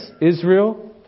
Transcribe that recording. Israel